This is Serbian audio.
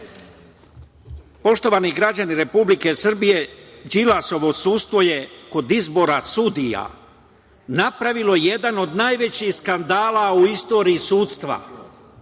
hiljadu. Poštovani građani Republike Srbije, Đilasovo sudstvo je kod izbora sudija napravilo jedan od najvećih skandala u istoriji sudstva.